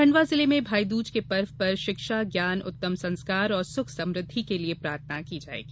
खंडवा जिले में भाईदूज के पर्व पर शिक्षा ज्ञान उत्तम संस्कार और सुख समृद्धि के लिए प्रार्थना की जायेगी